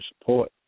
support